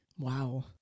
Wow